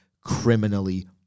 criminally